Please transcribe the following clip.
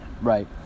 Right